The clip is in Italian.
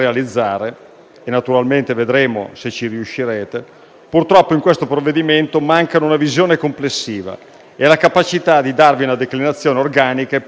e naturalmente vedremo se ci riuscirete - purtroppo in questo provvedimento mancano una visione complessiva e la capacità di darle una declinazione organica e puntuale.